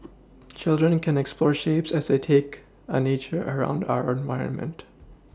children can explore shapes as they take a nature around our environment